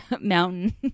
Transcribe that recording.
mountain